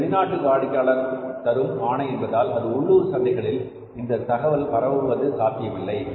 இது வெளிநாட்டு வாடிக்கையாளர் தரும் ஆணை என்பதால் எது உள்ளூர் சந்தைகளில் இந்த தகவல் பரவுவது சாத்தியமில்லை